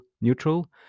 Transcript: neutral